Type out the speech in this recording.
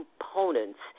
components